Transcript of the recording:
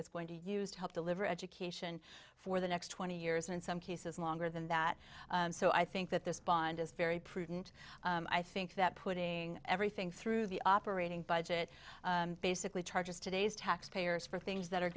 is going to use to help deliver education for the next twenty years and in some cases longer than that so i think that this bond is very prudent i think that putting everything through the operating budget basically charges today's taxpayers for things that are